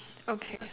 okay